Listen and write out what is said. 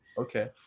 Okay